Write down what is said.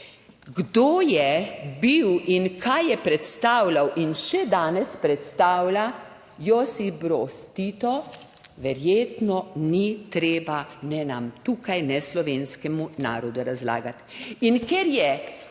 Kdo je bil in kaj je predstavljal in še danes predstavlja Josip Broz Tito verjetno ni treba ne nam tukaj, ne slovenskemu narodu razlagati. In ker je